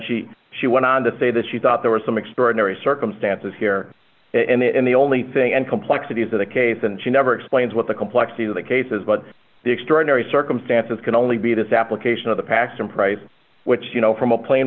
she she went on to say that she thought there were some extraordinary circumstances here and the only thing and complexity of the case and she never explains what the complexity of the cases but the extraordinary circumstances can only be this application of the paxton price which you know from a pla